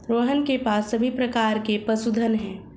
रोहन के पास सभी प्रकार के पशुधन है